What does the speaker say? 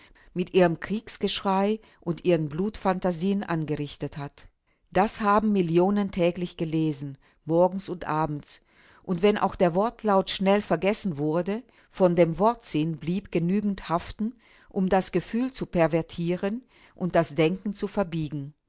mit ihrem kriegsgeschrei und ihren blutphantasien angerichtet hat das haben millionen täglich gelesen morgens und abends und wenn auch der wortlaut schnell vergessen wurde von dem wortsinn blieb genügend haften um das gefühl zu pervertieren und das denken zu verbiegen